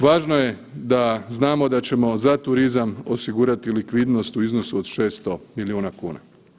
Važno je da znamo da ćemo za turizam osigurati likvidnost u iznosu od 600 milijuna kuna.